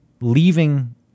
leaving